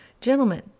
gentlemen